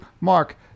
Mark